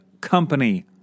Company